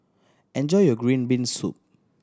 enjoy your green bean soup